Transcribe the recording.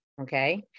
Okay